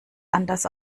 anders